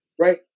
Right